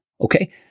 Okay